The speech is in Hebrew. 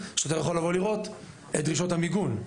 השוטר יכול לבוא ולראות את דרישות המיגון,